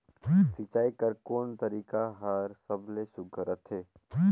सिंचाई कर कोन तरीका हर सबले सुघ्घर रथे?